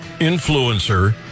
influencer